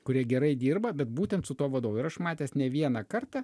kurie gerai dirba bet būtent su tuo vadovo ir aš matęs ne vieną kartą